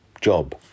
job